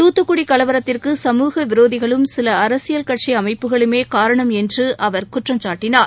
தூத்துக்குடி கலவரத்திற்கு சமூக விரோதிகளும் சில அரசியல் கட்சிகள் அமைப்புகளுமே காரணம் என்று அவர் குற்றம்சாட்டினார்